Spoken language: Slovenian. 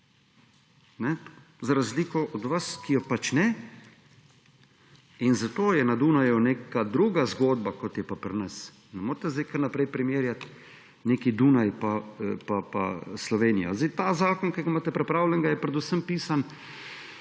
za razliko od vas, ki jo pač ne, in zato je na Dunaju neka druga zgodba, kot je pa pri nas. Ne morete sedaj kar naprej primerjati nekega Dunaja pa Slovenijo. Ta zakon, ki ga imate pripravljenega, je predvsem pisan